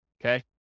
okay